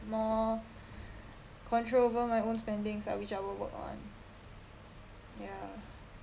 more control over my own spendings ah I which I will work on ya